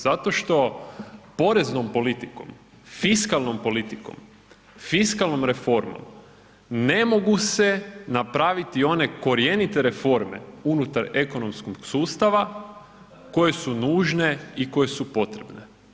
Zato što poreznom politikom, fiskalnom politikom, fiskalnom reformom, ne mogu se napraviti one korijenite reforme unutar ekonomskog sustava koje su nužne i koje su potrebne.